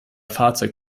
fahrzeug